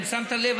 אם שמת לב,